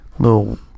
Little